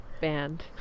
band